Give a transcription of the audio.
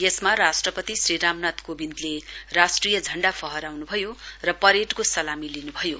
यसमा राष्ट्रपति श्री रामनाथ कोविन्दले राष्ट्रिय झण्डा फहराहन् भयो र परेडको सलामी लिन्भयो